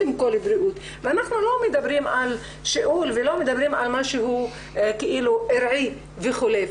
אנחנו לא מדברים על שיעול ולא מדברים על משהו ארעי וחולף.